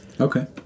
Okay